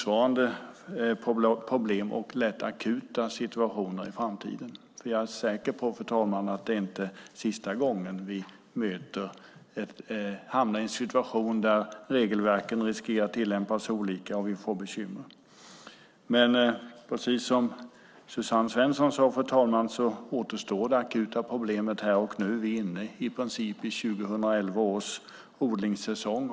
Jag är nämligen säker på, fru talman, att det inte är sista gången vi hamnar i en situation där regelverken riskerar att tillämpas olika och vi får bekymmer. Precis som Suzanne Svensson sade återstår dock det akuta problemet här och nu. Vi är i princip inne i 2011 års odlingssäsong.